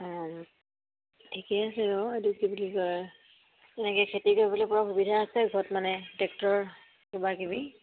অঁ ঠিকেই আছে বাৰু এইটো কি বুলি কয় এনেকৈ খেতি কৰিবলৈ পৰা সুবিধা আছে ঘৰত মানে ট্ৰেক্টৰ কিবা কিবি